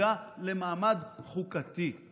שעומד מולן בהליכי החקירה ובהליכי המשפט,